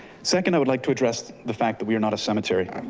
second, i would like to address the fact that we are not a cemetery